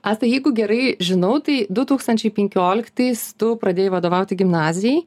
asta jeigu gerai žinau tai du tūkstančiai penkioliktais tu pradėjai vadovauti gimnazijai